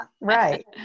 Right